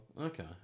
Okay